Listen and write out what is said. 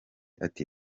ati